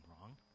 wrong